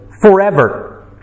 forever